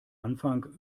anfang